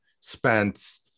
Spence